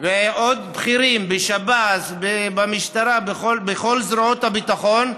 ועוד בכירים בשב"ס, במשטרה ובכל זרועות הביטחון.